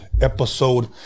episode